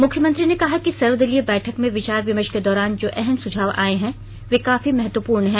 मुख्यमंत्री ने कहा कि सर्वदलीय बैठक में विचार विमर्श के दौरान जो अहम सुझाव आए हैं वे काफी महत्वपूर्ण हैं